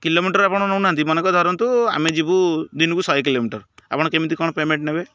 kilometre ଆପଣ ନେଉନାହାନ୍ତି ମନେକର ଧରନ୍ତୁ ଆମେ ଯିବୁ ଦିନକୁ ଶହେ କିଲୋମିଟର ଆପଣ କେମିତି କ'ଣ ପେମେଣ୍ଟ୍ ନେବେ